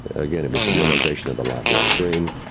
again, it was a realization of a lifelong dream.